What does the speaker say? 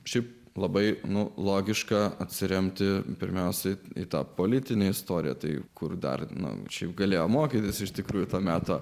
šiaip labai nu logiška atsiremti pirmiausia į tą politinę istoriją tai kur dar nu čia galėjo mokytis iš tikrųjų to meto